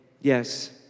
yes